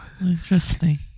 Interesting